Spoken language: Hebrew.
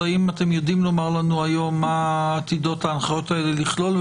האם אתם יודעים לומר לנו היום מה עתידות ההנחיות האלה לכלול,